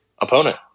opponent